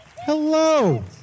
Hello